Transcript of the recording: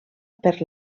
per